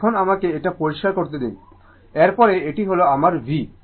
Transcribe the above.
এখন আমাকে এটা পরিষ্কার করতে দিন এরপরে এটি হল আমার V